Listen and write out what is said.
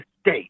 state